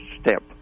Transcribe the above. step